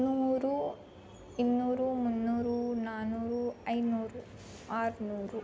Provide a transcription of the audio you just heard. ನೂರು ಇನ್ನೂರು ಮುನ್ನೂರು ನಾನ್ನೂರು ಐನೂರು ಆರ್ನೂರು